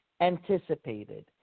anticipated